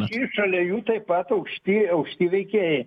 ji šalia jų taip pat aukšti aukšti veikėjai